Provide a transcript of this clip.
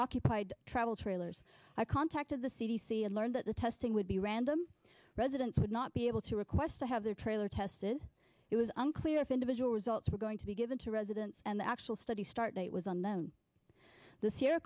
occupied travel trailers i contacted the c d c and learned that the testing would be random residents would not be able to request to have their trailer tested it was unclear if individual results were going to be given to residents and the actual study start date was on them th